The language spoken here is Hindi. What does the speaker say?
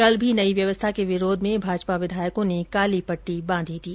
कल भी नई व्यवस्था के विरोध मे भाजपा विधायकों ने काली पट्टी बांधी थी